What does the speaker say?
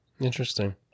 Interesting